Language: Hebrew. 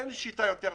אין שיטה יותר טובה,